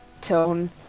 tone